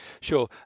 Sure